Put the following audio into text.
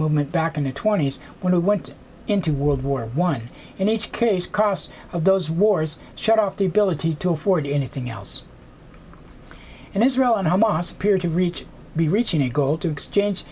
movement back in the twenty's when we went into world war one in each case cost of those wars shut off the ability to afford anything else and israel and hamas appear to reach be reaching a goal to exchange